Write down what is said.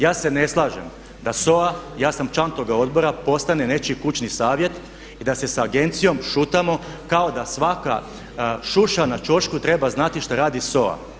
Ja se ne slažem da SOA, ja sam član toga odbora postane nečiji kućni savjet i da se sa agencijom šutamo kao da svaka šuša na ćošku treba znati što radi SOA.